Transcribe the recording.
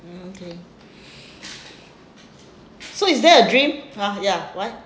so is that a dream !huh! ya why